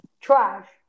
trash